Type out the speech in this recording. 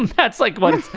and that's like one.